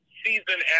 season